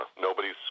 Nobody's